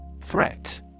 Threat